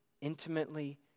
intimately